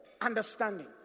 understanding